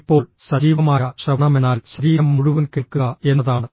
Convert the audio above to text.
ഇപ്പോൾ സജീവമായ ശ്രവണമെന്നാൽ ശരീരം മുഴുവൻ കേൾക്കുക എന്നതാണ്